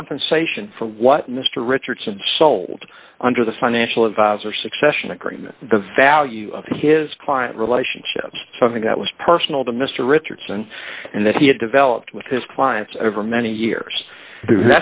compensation for what mr richardson sold under the financial advisor succession agreement the value of his client relationships something that was personal to mr richardson and that he had developed with his clients over many years